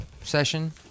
session